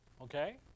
Okay